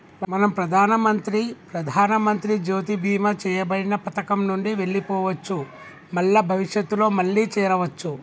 మనం ప్రధానమంత్రి ప్రధానమంత్రి జ్యోతి బీమా చేయబడిన పథకం నుండి వెళ్లిపోవచ్చు మల్ల భవిష్యత్తులో మళ్లీ చేరవచ్చు